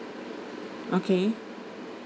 okay